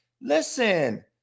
Listen